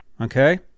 Okay